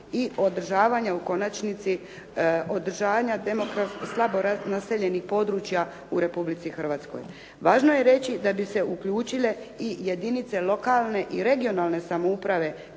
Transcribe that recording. i održavanja u konačnici održavanja slabo naseljenih područja u Republici Hrvatskoj. Važno je reći da bi se uključile i jedinice lokalne i regionalne samouprave